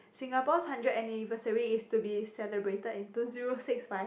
Singapore's hundred anniversary is to be celebrated in two zero six five